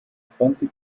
zwanzig